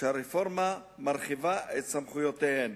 שהרפורמה מרחיבה את סמכויותיהן,